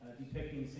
depicting